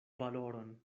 valoron